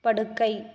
படுக்கை